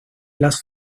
las